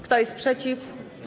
Kto jest przeciw?